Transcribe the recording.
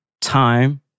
time